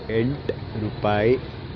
ಎಂಟು ರೂಪಾಯಿ